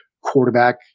quarterback